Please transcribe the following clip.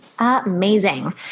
Amazing